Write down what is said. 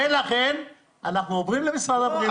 ולכן אנחנו עוברים למשרד הבריאות.